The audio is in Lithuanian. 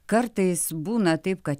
kartais būna taip kad